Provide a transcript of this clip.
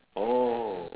oh